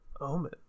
Omen